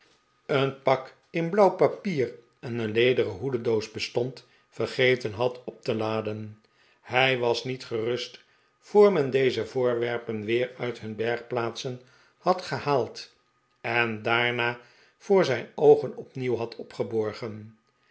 een pak in blauw papier en een lederen hoedendoos bestond vergeten had op te laden hij was niet gerust voor men deze voorwerpen weer uit hun bergplaatsen had gehaald en daarna voor zijn oogen opnieuw had opgeborgen